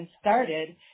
started